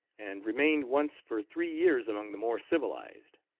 and remained once for three years among the more civilized.